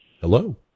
Hello